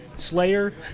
Slayer